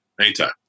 Anytime